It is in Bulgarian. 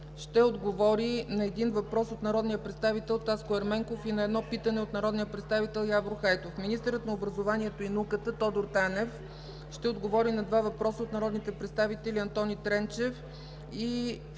ще отговори на един въпрос от народния представител Таско Ерменков и на едно питане от народния представител Явор Хайтов. 7. Министърът на образованието и науката Тодор Танев ще отговори на два въпроса от народните представители Антони Тренчев; и